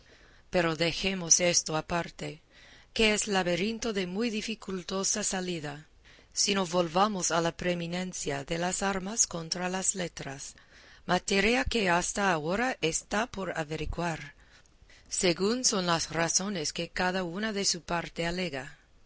pero dejemos esto aparte que es laberinto de muy dificultosa salida sino volvamos a la preeminencia de las armas contra las letras materia que hasta ahora está por averiguar según son las razones que cada una de su parte alega